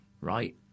Right